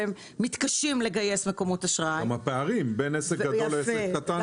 והם מתקשים לגייס מקורות אשראי --- גם הפערים בין עסק גדול לעסק קטן,